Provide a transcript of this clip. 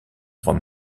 trois